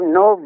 no